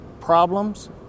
problems